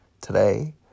today